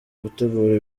gutegura